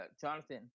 Jonathan